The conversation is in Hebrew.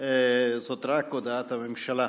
זו רק הודעת הממשלה.